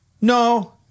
No